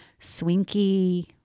Swinky